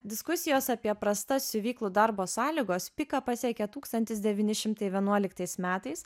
diskusijos apie prastas siuvyklų darbo sąlygos piką pasiekė tūkstantis devyni šimtai vienuoliktais metais